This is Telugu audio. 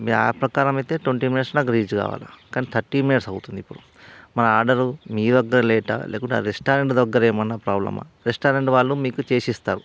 మీ యాప్ ప్రకారం అయితే ట్వంటీ మినిట్స్లో నాకు రీచ్ కావాల కానీ థర్టీ మినిట్స్ అవుతుంది ఇప్పుడు మరి ఆర్డరు మీ వద్ద లేటా లేకుంటే రెస్టారెంట్ దగ్గర ఏమన్నా ప్రాబ్లమా రెస్టారెంట్ వాళ్ళు మీకు చేసిస్తారు